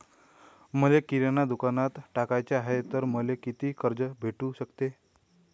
मले किराणा दुकानात टाकाचे हाय तर मले कितीक कर्ज भेटू सकते?